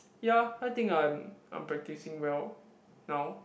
ya I think I'm I'm practising well now